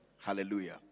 Hallelujah